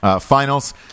finals